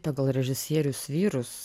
pagal režisierius vyrus